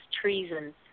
treason